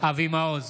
אבי מעוז,